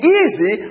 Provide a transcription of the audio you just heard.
easy